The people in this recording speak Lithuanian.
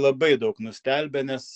labai daug nustelbia nes